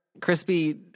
crispy